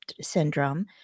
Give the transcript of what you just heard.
syndrome